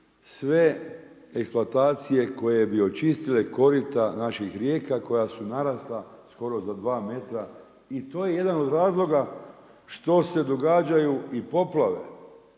sve eksploatacije koje bi očistile korita naših rijeka koja su narasla skoro za dva metra. I to je jedan od razloga što se događaju i poplave.